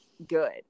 Good